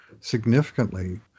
significantly